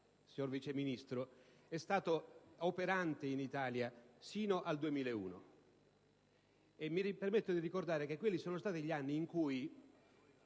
signor Vice Ministro, è stato operante in Italia sino al 2001. Mi permetto altresì di ricordare che quelli sono stati gli anni in cui